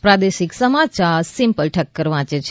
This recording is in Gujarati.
પ્રાદેશિક સમાચાર સિમ્પલ ઠક્કર વાંચ છે